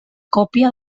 còpia